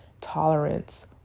tolerance